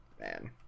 man